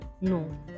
no